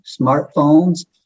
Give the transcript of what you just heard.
smartphones